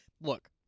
Look